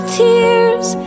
tears